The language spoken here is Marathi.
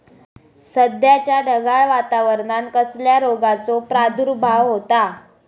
सध्याच्या ढगाळ वातावरणान कसल्या रोगाचो प्रादुर्भाव होता?